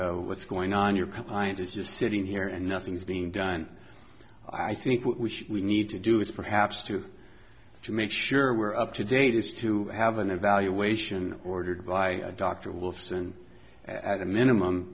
that what's going on your client is just sitting here and nothing is being done i think we need to do is perhaps to make sure we are up to date is to have an evaluation ordered by dr wolfson at a minimum